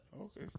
Okay